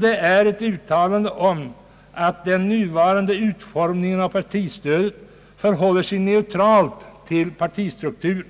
Det är ett uttalande om att partistödet, i dess nuvarande utformning, förhåller sig neutralt till partistrukturen;